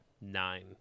Nine